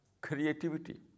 creativity